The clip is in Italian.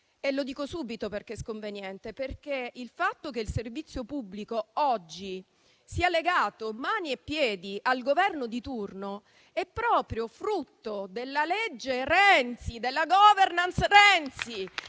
e dico subito perché: il fatto che il servizio pubblico oggi sia legato mani e piedi al Governo di turno è proprio frutto della legge Renzi e della *governance* Renzi